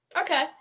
Okay